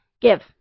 give